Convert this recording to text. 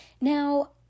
Now